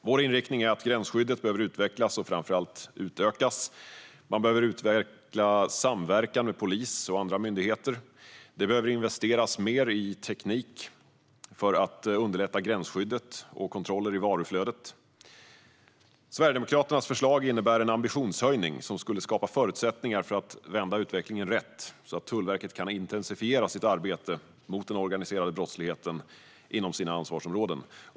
Vår inriktning är att gränsskyddet behöver utvecklas och framför allt utökas. Man behöver utveckla samverkan med polis och andra myndigheter. Det behöver investeras mer i teknik för att underlätta gränsskyddet och kontroller i varuflödet. Sverigedemokraternas förslag innebär en ambitionshöjning som skulle skapa förutsättningar att vända utvecklingen rätt så att Tullverket kan intensifiera sitt arbete mot den organiserade brottsligheten inom sina ansvarsområden.